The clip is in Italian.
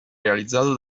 realizzato